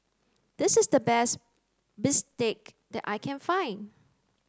this is the best bistake that I can find